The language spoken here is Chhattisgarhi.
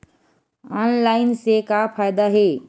ऑनलाइन से का फ़ायदा हे?